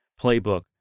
playbook